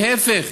להפך,